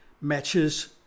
matches